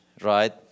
Right